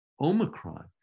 Omicron